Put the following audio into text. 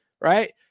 right